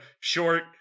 short